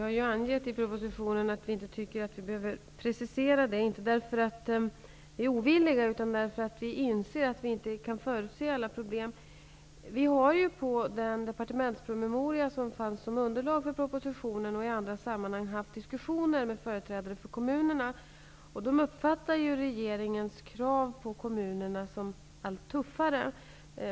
Fru talman! I propositionen har vi angett att vi inte tycker att vi behöver precisera det. Det är inte därför att vi är ovilliga att göra det, utan därför att vi inser att vi inte kan förutse alla problem. Med utgångspunkt i den departementspromemoria som fanns som underlag för propositionen har vi i olika sammanhang fört diskussioner med företrädare för kommunerna. De uppfattar regeringens krav på kommunerna som allt tuffare.